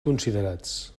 considerats